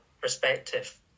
perspective